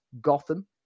Gotham